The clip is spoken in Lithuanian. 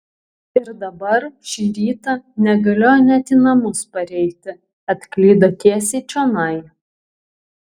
ir dabar šį rytą negalėjo net į namus pareiti atklydo tiesiai čionai